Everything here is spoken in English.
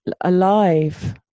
alive